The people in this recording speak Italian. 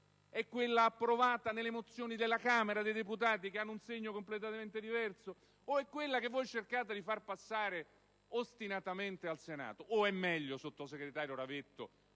È quella approvata nelle mozioni della Camera dei deputati, che hanno un segno completamente diverso? O è quella che cercate di far passare ostinatamente al Senato? Non è meglio, sottosegretario Ravetto,